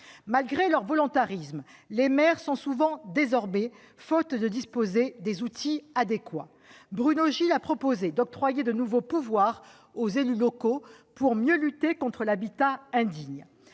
Malgré leur volontarisme, les maires sont souvent désarmés, faute de disposer des outils adéquats. Bruno Gilles a proposé d'octroyer de nouveaux pouvoirs aux élus locaux pour mieux lutter contre l'habitat indigne.